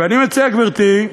ואני מציע, גברתי,